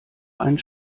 einen